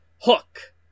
Hook